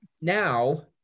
now